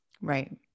Right